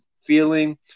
feeling